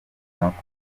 makuru